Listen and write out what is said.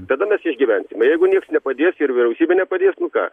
tada mes išgyvensim jeigu niekas nepadės ir vyriausybė nepadės nu ką